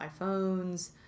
iPhones